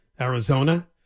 Arizona